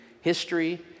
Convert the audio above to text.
history